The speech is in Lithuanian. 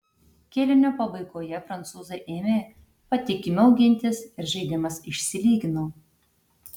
kėlinio pabaigoje prancūzai ėmė patikimiau gintis ir žaidimas išsilygino